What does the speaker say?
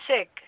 sick